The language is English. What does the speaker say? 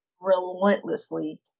relentlessly